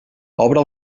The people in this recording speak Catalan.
obre